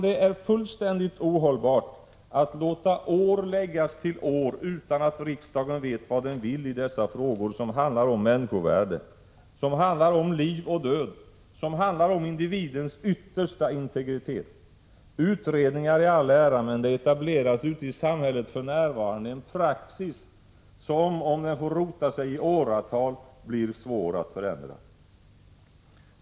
Det är fullständigt ohållbart att låta år läggas till år utan att riksdagen vet vad den vill i dessa frågor som handlar om människovärde, som handlar om liv och död, som handlar om individens yttersta integritet. Utredningar i all ära, men det etableras ute i samhället för närvarande en praxis som, om den får rota sig i åratal, blir svår att förändra.